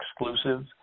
exclusive